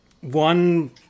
one